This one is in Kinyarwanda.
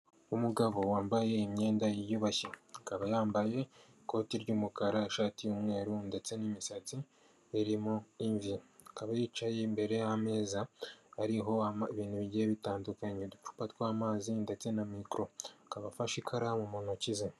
Umugabo wambaye imyenda yiyubashye, akaba yambaye ikoti ry'umukara, ishati y'umweru ndetse n'imisatsi irimo imvi, akaba yicaye imbere y'ameza ariho ibintu bigiye bitandukanye, uducupa tw'amazi ndetse na mikoro, akaba afashe ikaramu mu ntoki ze.